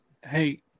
Hey